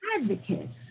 advocates